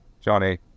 Johnny